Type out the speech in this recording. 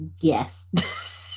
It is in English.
yes